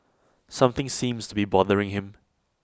something seems to be bothering him